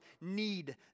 need